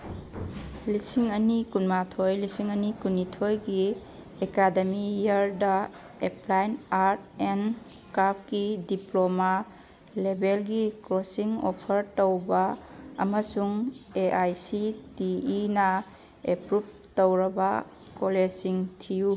ꯂꯤꯁꯤꯡ ꯑꯅꯤ ꯀꯨꯟꯃꯥꯊꯣꯏ ꯂꯤꯁꯤꯡ ꯑꯅꯤ ꯀꯨꯟꯅꯤꯊꯣꯏꯒꯤ ꯑꯦꯀꯥꯗꯃꯤꯛ ꯏꯌꯔꯗ ꯑꯦꯄ꯭ꯂꯥꯏꯠ ꯑꯥꯔꯠ ꯑꯦꯟ ꯀ꯭ꯔꯥꯐꯀꯤ ꯗꯤꯄ꯭ꯂꯣꯃꯥ ꯂꯦꯕꯦꯜꯒꯤ ꯀꯣꯔꯁꯁꯤꯡ ꯑꯣꯐꯔ ꯇꯧꯕ ꯑꯃꯁꯨꯡ ꯑꯦ ꯑꯥꯏ ꯁꯤ ꯇꯤ ꯏꯅ ꯑꯦꯄ꯭ꯔꯨꯞ ꯇꯧꯔꯕ ꯀꯣꯂꯦꯖꯁꯤꯡ ꯊꯤꯌꯨ